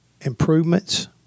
improvements